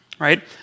right